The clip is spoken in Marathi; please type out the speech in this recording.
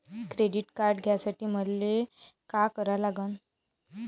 क्रेडिट कार्ड घ्यासाठी मले का करा लागन?